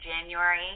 january